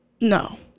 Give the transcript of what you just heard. no